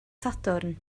sadwrn